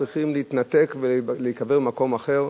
צריכים להתנתק ולהיקבר במקום אחר.